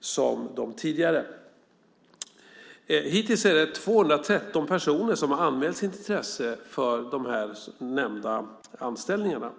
som de tidigare. Hittills är det 213 personer som har anmält sitt intresse för de här nämnda anställningarna.